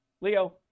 Leo